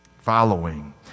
following